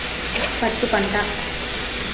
పత్తి పంట